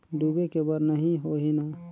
डूबे के बर नहीं होही न?